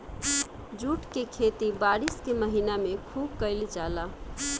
jute के खेती बारिश के महीना में खुब कईल जाला